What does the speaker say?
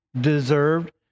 deserved